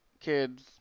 kids